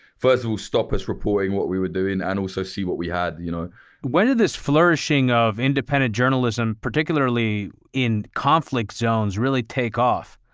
first of all, stop us reporting what we were doing and also see what we had. you know when did this flourishing of independent journalism, particularly in conflict zones, really take off.